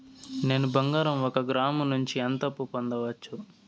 నేను బంగారం ఒక గ్రాము నుంచి ఎంత అప్పు పొందొచ్చు